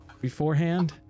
beforehand